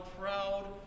proud